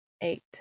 eight